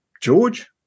George